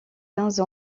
quinze